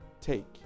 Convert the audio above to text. take